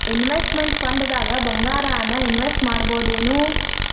Investment ಫಂಡ್ದಾಗ್ ಭಂಗಾರಾನ invest ಮಾಡ್ಬೊದೇನು?